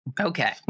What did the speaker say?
Okay